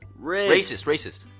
racist, racist.